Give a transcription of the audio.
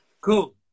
Cool